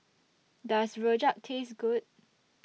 Does Rojak Taste Good